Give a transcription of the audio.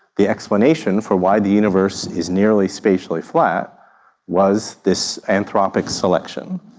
the explanation for why the universe is nearly spatially flat was this anthropic selection.